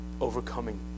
overcoming